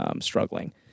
struggling